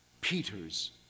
Peter's